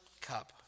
cup